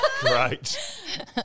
Great